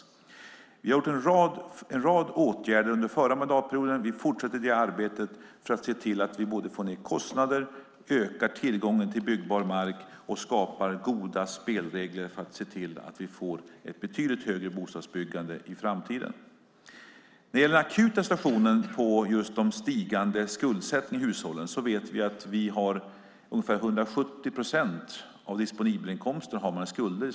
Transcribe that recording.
Vi har gjort en rad åtgärder under den förra mandatperioden. Vi fortsätter det arbetet för att se till att vi får ned kostnader, ökar tillgången till byggbar mark och skapar goda spelregler för att se till att vi får ett betydligt högre bostadsbyggande i framtiden. När det gäller den akuta situationen med den stigande skuldsättningen i hushållen har de svenska hushållen ungefär 170 procent av den disponibla inkomsten i skulder.